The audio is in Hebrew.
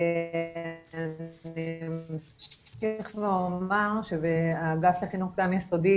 אני אמשיך ואומר שאגף החינוך הקדם יסודי